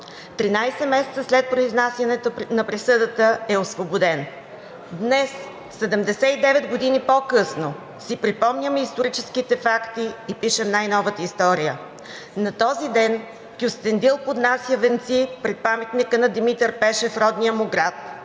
13 месеца след произнасянето на присъдата е освободен. Днес, 79 години по-късно, си припомняме историческите факти и пишем най-новата история. На този ден Кюстендил поднася венци пред паметника на Димитър Пешев в родния му град.